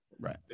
Right